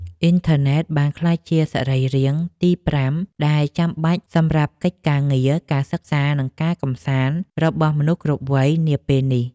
អ៊ីនធឺណិតបានក្លាយជាសរីរាង្គទីប្រាំដែលចាំបាច់សម្រាប់កិច្ចការងារ ការសិក្សា និងការកម្សាន្តរបស់មនុស្សគ្រប់វ័យនាពេលនេះ។